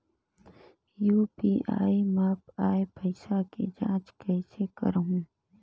UPI मा आय पइसा के जांच कइसे करहूं?